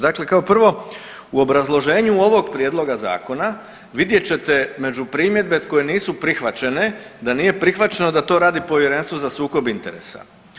Dakle kao prvo u obrazloženju ovog prijedloga zakona vidjet ćete među primjedbe koje nisu prihvaćene da nije prihvaćeno da to radi povjerenstvo za sukob interesa.